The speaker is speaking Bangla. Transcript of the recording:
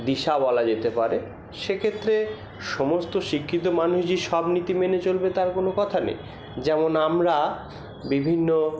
দিশা বলা যেতে পারে সেক্ষেত্রে সমস্ত শিক্ষিত মানুষই সব নীতি মেনে চলবে তার কোনো কথা নেই যেমন আমরা বিভিন্ন